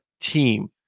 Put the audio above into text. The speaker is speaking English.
team